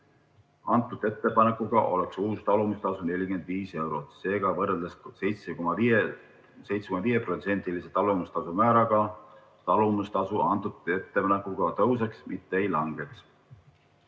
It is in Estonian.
Antud ettepanekuga oleks uus talumistasu 45 eurot. Seega võrreldes 7,5%‑lise talumistasu määraga, talumistasu antud ettepanekuga tõuseks, mitte ei langeks.